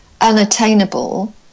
Unattainable